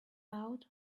out